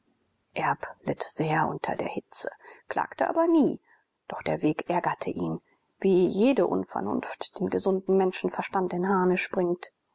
sehr unter der hitze klagte aber nie doch der weg ärgerte ihn wie jede unvernunft den gesunden menschenverstand in harnisch bringt